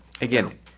Again